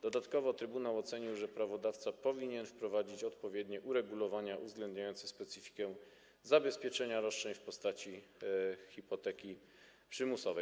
Dodatkowo trybunał ocenił, że prawodawca powinien wprowadzić odpowiednie uregulowania uwzględniające specyfikę zabezpieczenia roszczeń w postaci hipoteki przymusowej.